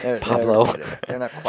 Pablo